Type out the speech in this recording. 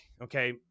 okay